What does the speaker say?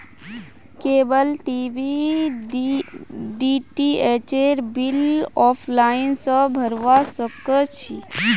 cable TV डीटीएचेर bill offline स भरवा सक छी